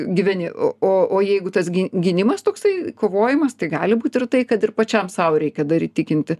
gyveni o o jeigu tas gi gynimas toksai kovojimas tai gali būti ir tai kad ir pačiam sau reikia dar įtikinti